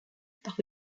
par